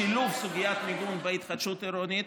בשילוב סוגיית המיגון בהתחדשות עירונית.